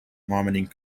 vomiting